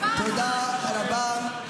תודה רבה.